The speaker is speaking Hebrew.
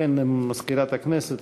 מזכירת הכנסת,